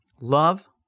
love